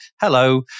hello